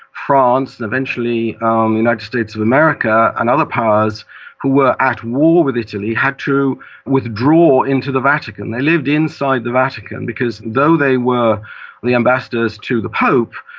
france, and eventually um the united states of america and other powers who were at war with italy had to withdraw into the vatican. they lived inside the vatican, because though they were the ambassadors to the pope,